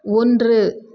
ஒன்று